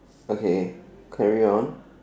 okay carry on